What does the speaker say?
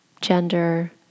gender